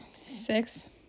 six